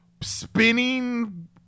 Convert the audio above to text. spinning